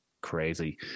crazy